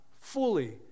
fully